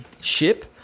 ship